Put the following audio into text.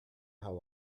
how